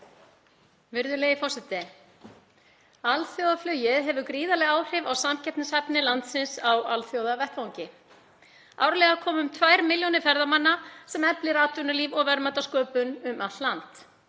Virðulegi forseti. Alþjóðaflugið hefur gríðarleg áhrif á samkeppnishæfni landsins á alþjóðavettvangi. Árlega koma um tvær milljónir ferðamanna, sem eflir atvinnulíf og verðmætasköpun um allt land.